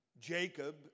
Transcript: Jacob